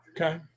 Okay